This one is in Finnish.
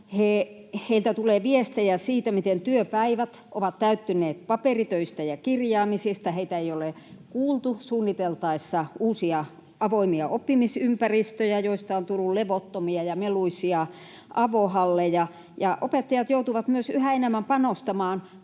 Heiltä tulee viestejä siitä, miten työpäivät ovat täyttyneet paperitöistä ja kirjaamisista, heitä ei ole kuultu suunniteltaessa uusia avoimia oppimisympäristöjä, joista on tullut levottomia ja meluisia avohalleja. Opettajat joutuvat myös yhä enemmän panostamaan